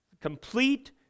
complete